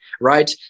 right